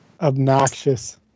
Obnoxious